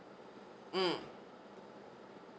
mm